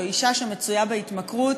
או אישה שמצויה בהתמכרות,